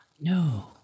No